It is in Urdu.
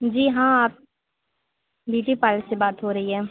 جی ہاں آپ بیوٹی پارلر سے بات ہو رہی ہے